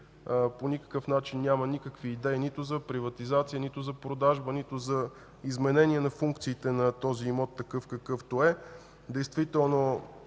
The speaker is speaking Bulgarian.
по никакъв начин няма никакви идеи нито за приватизация, нито за продажба, нито за изменение на функциите на този имот такъв, какъвто е. Благодарение